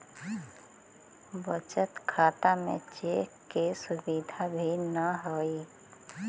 बचत खाता में चेक के सुविधा भी न हइ